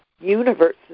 universes